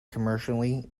commercially